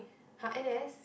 !huh! N_S